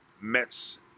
Mets